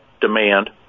demand